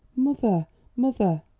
mother, mother!